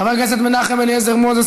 חבר הכנסת מנחם אליעזר מוזס,